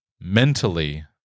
mentally